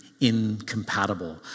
incompatible